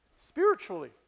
spiritually